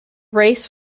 race